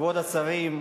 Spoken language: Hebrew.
כבוד השרים,